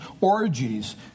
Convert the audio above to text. orgies